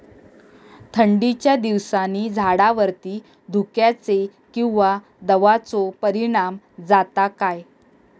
थंडीच्या दिवसानी झाडावरती धुक्याचे किंवा दवाचो परिणाम जाता काय?